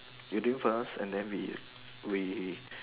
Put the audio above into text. you do first and then we we